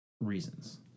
reasons